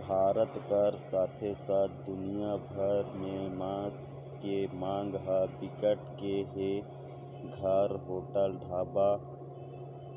भारत कर साथे साथ दुनिया भर में मांस के मांग ह बिकट के हे, घर, होटल, ढाबा,